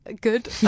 good